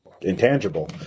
intangible